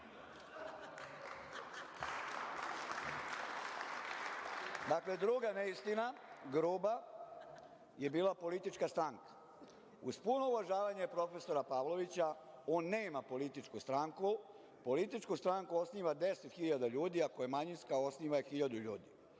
dakle, druga neistina, gruba je bila politička stranka. Uz puno uvažavanje profesora Pavlovića, on nema političku stranku. Političku stranku osniva 10.000 ljudi, a ako je manjinska osniva je hiljadu ljudi.